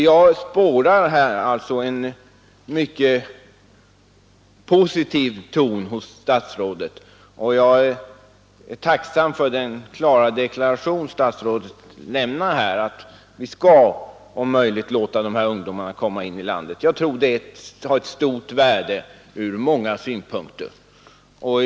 Jag spårar emellertid en mycket positiv ton i det som statsrådet anfört, och jag är tacksam för den klara deklaration som här har lämnats, att vi om möjligt skall låta dessa ungdomar komma in i landet. Det tror jag har stort värde från många synpunkter.